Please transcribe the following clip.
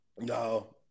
No